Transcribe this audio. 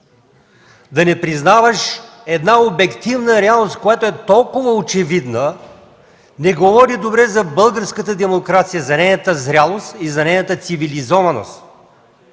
да не признаваш една обективна реалност, която е толкова очевидна, не говори добре за българската демокрация, за нейната зрялост и за нейната цивилизованост.